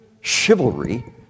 Chivalry